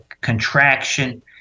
contraction